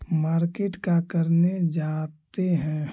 Market का करने जाते हैं?